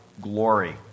glory